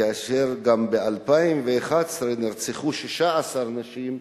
וב-2011 נרצחו 16 נשים,